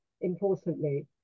importantly